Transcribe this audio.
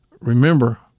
remember